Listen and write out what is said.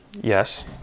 Yes